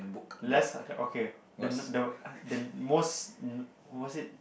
let's uh okay th~ the most mm was it